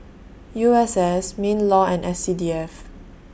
U S S MINLAW and S C D F